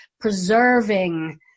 preserving